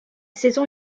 saison